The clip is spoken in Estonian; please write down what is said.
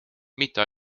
mitte